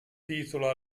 titolo